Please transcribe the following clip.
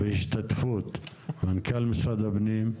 ובהשתתפות מנכ"ל משרד הפנים,